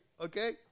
okay